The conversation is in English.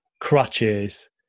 crutches